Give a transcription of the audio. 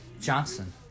Johnson